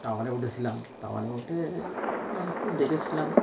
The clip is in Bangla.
টাওয়ারে উঠেছিলাম টাওয়ারে উঠে অনেক কিছু দেখেছিলাম